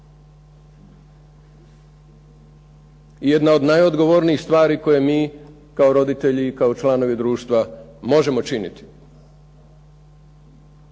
Jedna od najodgovornijih stvari koje mi kao roditelji i kao članovi društva možemo činiti